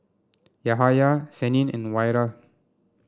Yahaya Senin and Wira